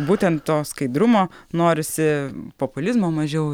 būtent to skaidrumo norisi populizmo mažiau